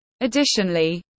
Additionally